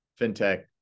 fintech